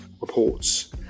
reports